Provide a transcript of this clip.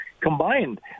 combined